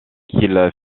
qu’il